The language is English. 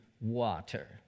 water